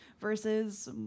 versus